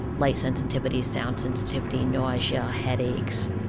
light sensitivity, sound sensitivity nausea, headaches,